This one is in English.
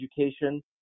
education